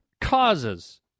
causes